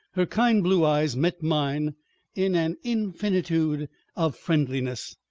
her kind blue eyes met mine in an infinitude of friendliness.